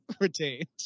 retained